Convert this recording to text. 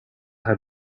her